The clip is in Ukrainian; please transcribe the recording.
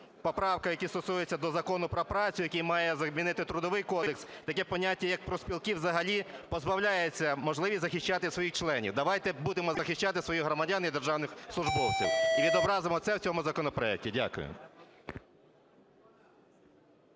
поправках, які стосуються до Закону про працю, який має замінити Трудовий кодекс, таке поняття як профспілки взагалі... позбавляється можливості захищати своїх членів. Давайте будемо захищати своїх громадян і державних службовців і відобразимо це в цьому законопроекті. Дякую.